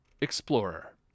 explorer